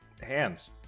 hands